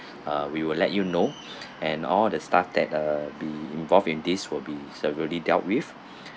uh we will let you know and all the staff that uh be involved in this will be seriously dealt with